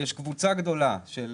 יש קבוצה גדולה של